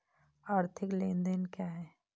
आर्थिक लेनदेन क्या है?